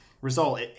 result